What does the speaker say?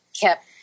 kept